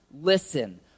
Listen